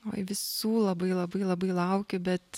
oi visų labai labai labai laukiu bet